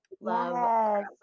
love